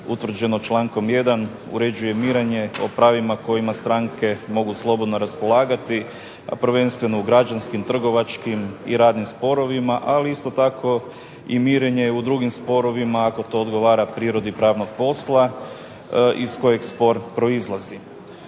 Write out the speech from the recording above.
utvrđeno člankom 1. uređuje mirenje, o pravima kojima stranke mogu slobodno raspolagati, a prvenstveno u građanskim, trgovačkim i radnim sporovima, ali isto tako i mirenje u drugim sporovima, ako to odgovara prirodi pravnog posla, iz kojeg spor proizlazi.